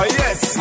yes